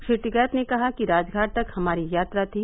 श्री टिकैत ने कहा कि राजघाट तक हमारी यात्रा थी